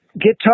Guitar